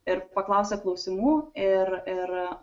ir paklausia klausimų ir ir